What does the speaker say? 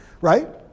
right